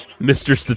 Mr